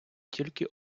тільки